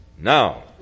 Now